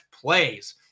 plays